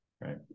right